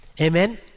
Amen